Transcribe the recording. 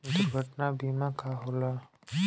दुर्घटना बीमा का होला?